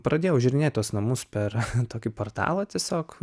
pradėjau žiūrinėti tuos namus per tokį portalą tiesiog